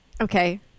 Okay